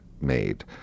made